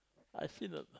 I see the